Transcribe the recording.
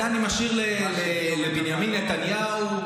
את זה אני משאיר לבנימין נתניהו.